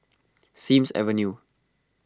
Sims Avenue